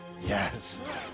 Yes